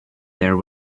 there